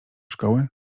szkoły